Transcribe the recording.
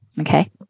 okay